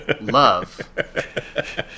Love